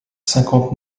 cinquante